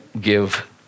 give